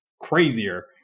crazier